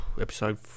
episode